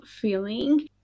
feeling